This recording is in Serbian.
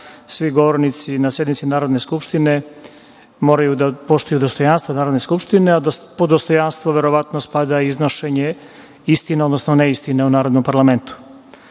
svi govornici na sednici Narodne skupštine moraju da poštuju dostojanstvo Narodne skupštine, a pod dostojanstvo, verovatno, spada iznošenje istine, odnosno neistine u Narodnom parlamentu. Ovde